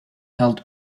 held